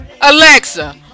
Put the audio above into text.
Alexa